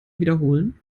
wiederholen